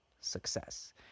success